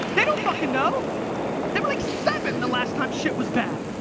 they don't fucking know. they were like seven the last time shit was bad.